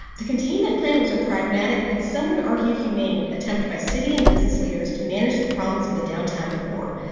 the containment plan was a pragmatic and some would argue humane attempt by city and business leaders to manage the problems of the downtown poor.